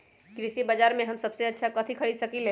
कृषि बाजर में हम सबसे अच्छा कथि खरीद सकींले?